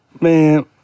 Man